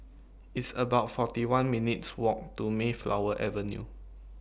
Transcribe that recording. It's about forty one minutes' Walk to Mayflower Avenue